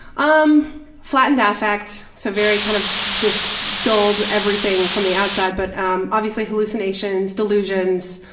um flattened ah affect, so very kind of just dulled everything from the outside but um obviously hallucinations, delusions,